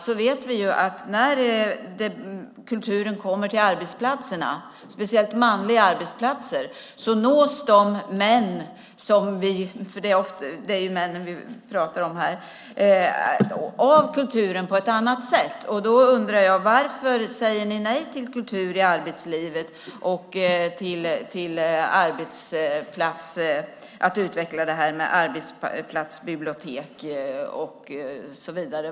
Vi vet att när kulturen kommer till arbetsplatserna, speciellt manliga arbetsplatser, nås männen - det är män vi pratar om här - av kulturen på ett annat sätt. Varför säger ni nej till kultur i arbetslivet och till att utveckla arbetsplatsbibliotek?